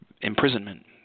imprisonment